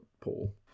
Paul